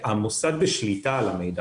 המוסד בשליטה על המידע.